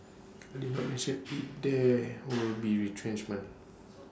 IT did not mention if there will be retrenchments